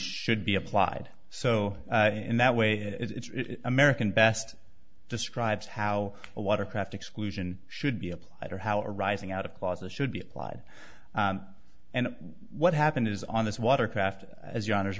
should be applied so in that way it's american best describes how a watercraft exclusion should be applied or how a rising out of clauses should be applied and what happened is on this watercraft as yonkers